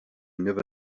never